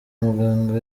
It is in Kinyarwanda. muganga